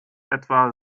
etwa